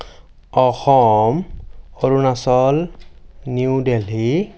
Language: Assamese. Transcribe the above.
Assam Arunachal New Delhi